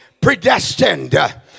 predestined